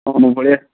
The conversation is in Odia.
ହଁ ବଢ଼ିଆ